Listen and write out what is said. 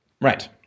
Right